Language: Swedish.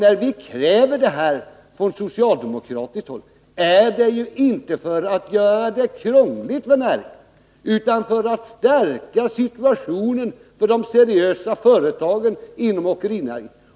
När vi från socialdemokratiskt håll för fram detta krav, gör vi det inte för att göra det krångligt för åkerinäringen, utan för att stärka de seriösa företagens ställning.